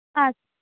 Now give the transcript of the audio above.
ஆ